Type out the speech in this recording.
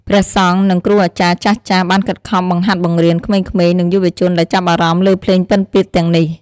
ព្រះសង្ឃ និងគ្រូអាចារ្យចាស់ៗបានខិតខំបង្ហាត់បង្រៀនក្មេងៗ និងយុវជនដែលចាប់អារម្មណ៍លើភ្លេងពិណពាទ្យទាំងនេះ។